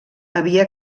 havia